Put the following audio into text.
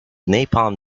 napalm